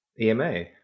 Ema